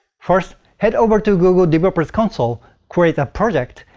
first, head over to google developers console, create a project,